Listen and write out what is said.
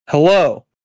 Hello